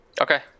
okay